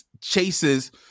chases